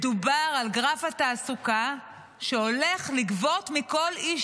מדובר על גרף תעסוקה שהולך לגבות מכל איש